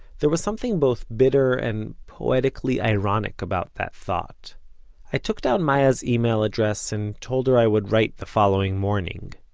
there was something both bitter and poetically ironic about that thought i took down maya's email address, and told her i would write the following morning.